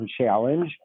challenge